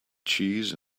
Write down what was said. cheese